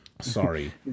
Sorry